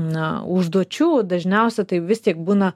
na užduočių dažniausia tai vis tiek būna